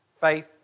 faith